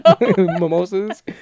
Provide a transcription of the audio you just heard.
Mimosas